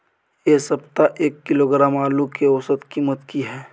ऐ सप्ताह एक किलोग्राम आलू के औसत कीमत कि हय?